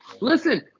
Listen